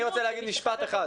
אני רוצה לומר משפט אחד.